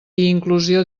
inclusió